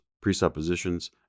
presuppositions